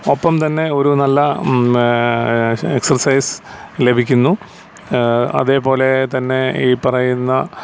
ഒപ്പം തന്നെ ഒരു നല്ല എക്സസൈസ് ലഭിക്കുന്നു അതേ പോലെ തന്നെ ഈ പറയുന്ന